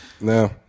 No